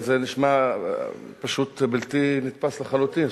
לא, אדוני, אבל זה נשמע פשוט בלתי נתפס לחלוטין.